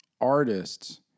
artists